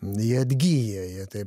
jie atgyja jie taip